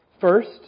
First